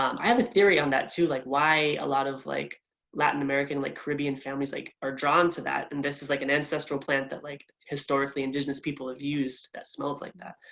i have a theory on that too like why a lot of like latin american, like caribbean families like are drawn to that and this is like an ancestral plant that like historically indigenous people have used that smells like that.